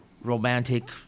romantic